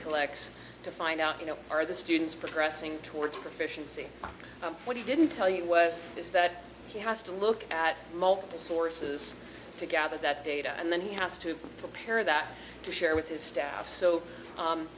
collects to find out you know are the students progressing towards proficiency what he didn't tell you was is that he has to look at multiple sources to gather that data and then he has to prepare that to share with his staff so